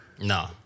No